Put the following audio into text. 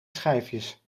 schijfjes